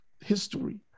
history